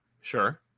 Sure